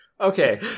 Okay